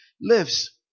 lives